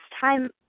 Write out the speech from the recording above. time